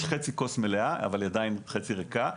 יש חצי כוס מלאה אבל היא עדיין חצי ריקה.